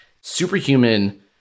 Superhuman